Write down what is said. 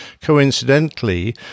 coincidentally